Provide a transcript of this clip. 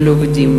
של העובדים.